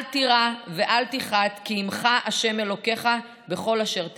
אל תירא ואל תחת כי עימך ה' אלוקיך בכל אשר תלך.